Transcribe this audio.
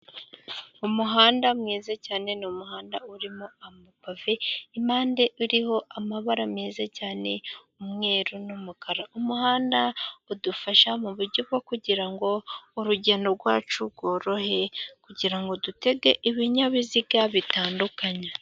Umuhanda mwiza cyane, ni umuhanda urimo amapave, impande iriho amabara meza cyane y'umweru, umuhanda udufasha mu buryo bwo kugira ngo urugendo rwacu rworohe, kugira ngo dutege ibinyabiziga bitandukanye.